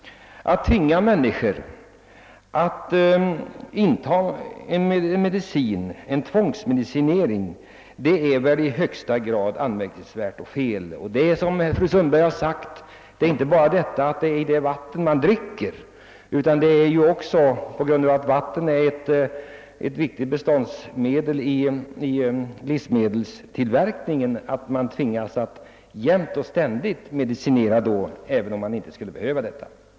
Att tvinga människor att inta en medicin — att kort och gott föreskriva tvångsmedicinering är väl i högsta grad anmärkningsvärt och felaktigt. Fluor finns ju, som fru Sundberg påpekade, inte bara i det vatten man dricker, utan man tvingas, eftersom vatten är en viktig beståndsdel vid livsmedelsberedningen, jämt och ständigt att medicinera, även om man inte skulle behöva det.